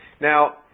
Now